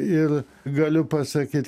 ir galiu pasakyt